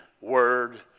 word